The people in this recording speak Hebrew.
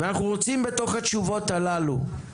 אנחנו רוצים, בתוך התשובות הללו, לשאול: